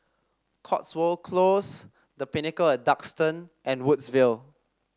Cotswold Close The Pinnacle At Duxton and Woodsville